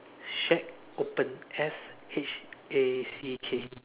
shack open S H A C K